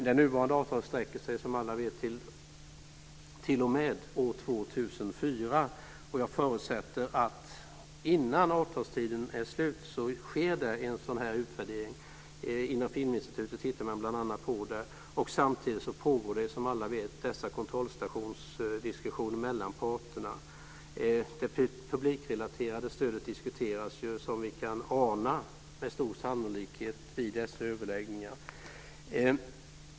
Det nuvarande avtalet sträcker sig som alla vet fram t.o.m. år 2004, och jag förutsätter att en sådan utvärdering sker innan avtalstiden är slut. Inom Filminstitutet tittar man bl.a. på det. Samtidigt pågår, som alla vet, dessa kontrollstationsdiskussioner mellan parterna. Det publikrelaterade stödet diskuteras med stor sannolikhet vid dessa överläggningar.